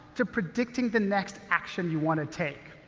to predicting the next action you want to take.